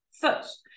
First